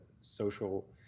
social